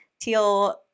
Teal